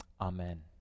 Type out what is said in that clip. Amen